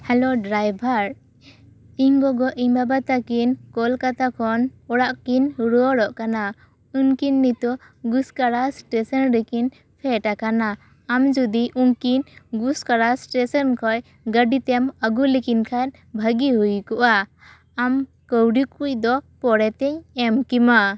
hello driver ᱤᱧ ᱜᱚᱜᱚ ᱤᱧ ᱵᱟᱵᱟ ᱛᱟᱹᱠᱤᱱ ᱠᱳᱞᱠᱟᱛᱟ ᱠᱷᱚᱱ ᱚᱲᱟᱜᱠᱤᱱ ᱨᱩᱭᱟᱹᱲᱚᱜ ᱠᱟᱱᱟ ᱩᱱᱠᱤᱱ ᱱᱤᱛᱚᱜ ᱜᱩᱥᱠᱚᱨᱟ ᱤᱥᱴᱮᱥᱚᱱ ᱨᱮᱠᱤᱱ ᱯᱷᱮᱰ ᱟᱠᱟᱱᱟ ᱟᱢ ᱡᱩᱫᱤ ᱩᱱᱠᱤᱱ ᱜᱩᱥᱠᱟᱨᱟ ᱤᱥᱴᱮᱥᱚᱱ ᱠᱷᱚᱱ ᱜᱟᱹᱰᱤ ᱛᱮᱢ ᱟᱹᱜᱩ ᱞᱤᱠᱤᱱ ᱠᱷᱟᱱ ᱵᱷᱟᱹᱜᱤ ᱦᱩᱭ ᱠᱚᱜᱼᱟ ᱟᱢ ᱠᱟᱹᱣᱰᱤ ᱠᱚ ᱫᱚ ᱯᱚᱨᱮᱛᱤᱧ ᱮᱢ ᱠᱮᱢᱟ